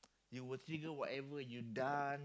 you will trigger whatever you done